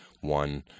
one